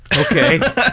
Okay